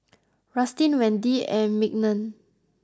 Rustin Wendy and Mignon